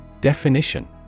Definition